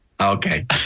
Okay